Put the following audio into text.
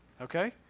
okay